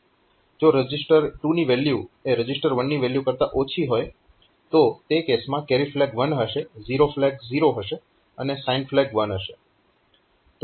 જો રજીસ્ટર 2 ની વેલ્યુ એ રજીસ્ટર 1 ની વેલ્યુ કરતા ઓછી હોય તો તે કેસમાં કેરી ફ્લેગ 1 હશે ઝીરો ફ્લેગ 0 હશે અને સાઇન ફ્લેગ 1 હશે